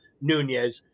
Nunez